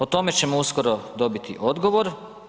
O tome ćemo uskoro dobiti odgovor.